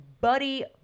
buddy